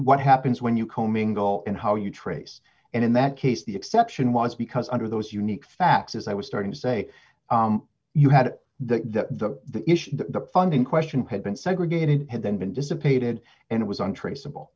what happens when you commingle and how you trace and in that case the exception was because under those unique facts as i was starting to say you had the issue the funding question had been segregated had then been dissipated and it was untraceable